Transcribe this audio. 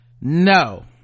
no